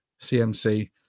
CMC